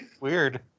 Weird